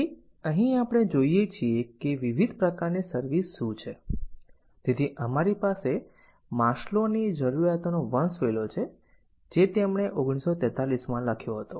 તેથી અહીં આપણે જોઈએ છીએ કે વિવિધ પ્રકારની સર્વિસ શું છે તેથી અમારી પાસે માસ્લોની જરૂરિયાતોનો વંશવેલો છે જે તેમણે 1943 માં લખ્યો હતો